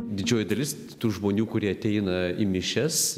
didžioji dalis tų žmonių kurie ateina į mišias